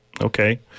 Okay